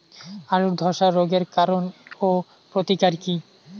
আলুর ধসা রোগের কারণ ও প্রতিকার কি?